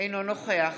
אינו נוכח